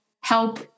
help